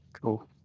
Cool